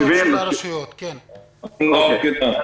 אוקיי.